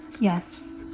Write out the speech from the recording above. yes